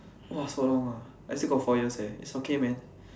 !wah! so long ah I still got four years eh it's okay man